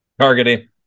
Targeting